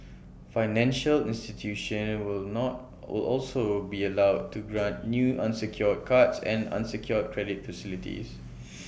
financial institutions will not will also be allowed to grant new unsecured cards and unsecured credit facilities